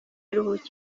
iruhuko